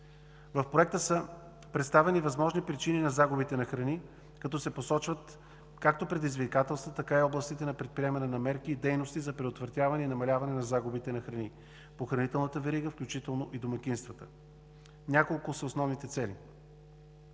В Проекта са представени възможни причини на загубите на храни, като се посочват както предизвикателствата, така и областите на предприемане на мерки и дейности за предотвратяване и намаляване на загубите на храни по хранителната верига, включително и в домакинствата. Няколко са основните цели.